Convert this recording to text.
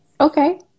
Okay